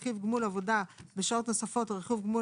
בעד רכיב גמול עבודה שעות נוספות או רכיב גמול